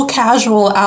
casual